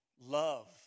love